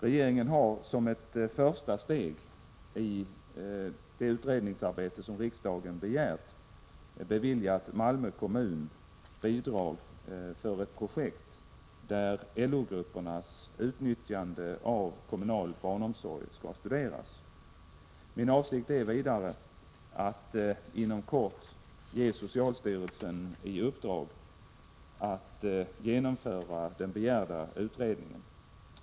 Regeringen har, som ett första steg i det utredningsarbete som riksdagen begärt, beviljat Malmö kommun bidrag för ett projekt där LO-gruppernas utnyttjande av kommunal barnomsorg skall studeras. Min avsikt är vidare att inom kort ge socialstyrelsen i uppdrag att genomföra den begärda utredningen.